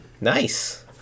Nice